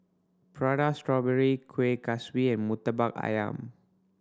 Prata Strawberry Kuih Kaswi and Murtabak Ayam